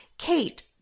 Kate